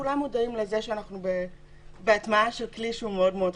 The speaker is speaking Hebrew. וכולם מודעים לזה שאנחנו בהטמעה של כלי שהוא מאוד מאוד חשוב.